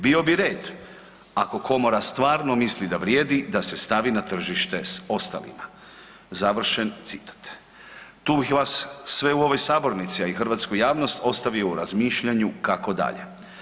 Bio bi red ako komora stvarno misli da vrijedi da se stavi na tržište sa ostalima.“ Tu bih vas sve u ovoj sabornici, a i hrvatsku javnost ostavio u razmišljanju kako dalje.